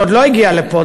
שעוד לא הגיע לפה,